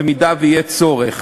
במידה שיהיה צורך.